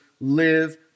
live